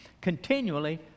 continually